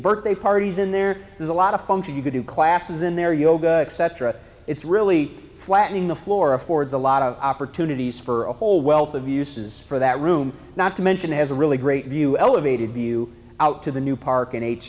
birthday parties in there there's a lot of function you could do classes in there yoga cetera it's really flattening the floor affords a lot of opportunities for a whole wealth of uses for that room not to mention has a really great view elevated view out to the new park